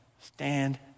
stand